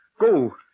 go